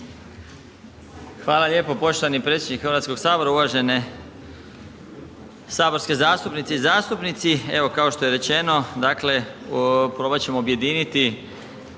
Hvala lijepo poštovani predsjedniče Hrvatskoga sabora, uvažene saborske zastupnice i zastupnici. Evo kao što je već rečeno dakle probati ćemo objediniti